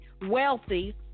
wealthy